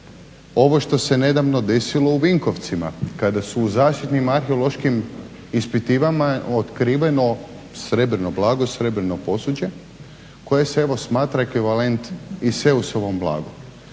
ovo što se nedavno desilo u Vinkovcima kada su u zasebnim arheološkim ispitivanjima otkriveno srebrno blago, srebrno posuđe koje se evo smatra ekvivalent i … /Govornik